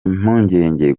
impungenge